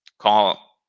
call